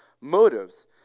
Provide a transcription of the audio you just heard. motives